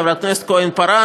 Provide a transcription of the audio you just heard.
חברת כנסת כהן-פארן,